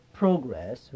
progress